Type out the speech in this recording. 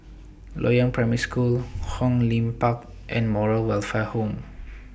Loyang Primary School Hong Lim Park and Moral Welfare Home